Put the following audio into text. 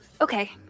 Okay